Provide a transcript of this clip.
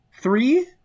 three